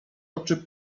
oczy